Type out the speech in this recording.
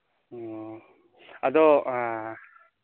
ꯑꯣ ꯑꯗꯣ